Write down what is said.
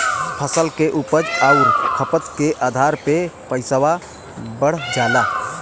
फसल के उपज आउर खपत के आधार पे पइसवा बढ़ जाला